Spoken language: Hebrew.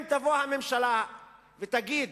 אם תבוא הממשלה ותגיד: